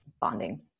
bonding